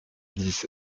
dix